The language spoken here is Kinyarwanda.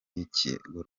y’ikigo